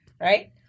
right